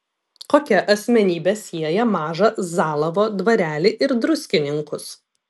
kokia asmenybė sieja mažą zalavo dvarelį ir druskininkus